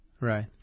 Right